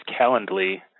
Calendly